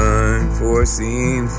unforeseen